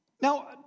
Now